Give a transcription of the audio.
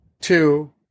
two